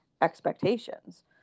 expectations